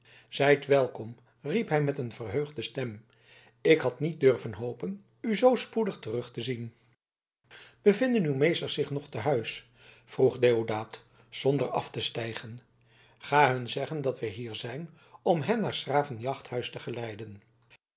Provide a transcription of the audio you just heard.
zijt welkom riep hij met een verheugde stem ik had niet durven hopen u zoo spoedig terug te zien bevinden uw meesters zich nog te huis vroeg deodaat zonder af te stijgen ga hun zeggen dat wij hier zijn om hen naar s graven jachthuis te geleiden